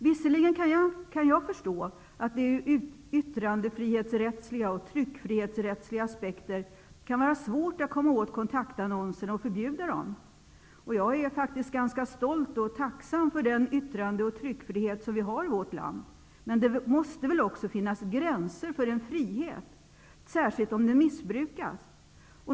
Visserligen kan jag förstå att det ur yttrandefrihetsrättsliga och tryckfrihetsrättsliga aspekter kan vara svårt att komma åt kontaktannonserna och förbjuda dem. Jag är stolt och tacksam för den yttrande och tryckfrihet som vi har i vårt land, men det måste väl också finnas gränser för en frihet, särskilt om den missbrukas.